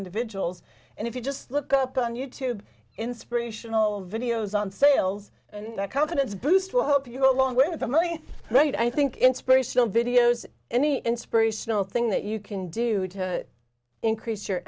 individuals and if you just look up on you tube inspirational videos on sales and that confidence boost will help you along with the money right i think inspirational videos any inspirational thing that you can do to increase your